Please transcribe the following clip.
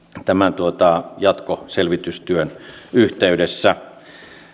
tämän jatkoselvitystyön yhteydessä